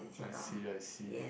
I see I see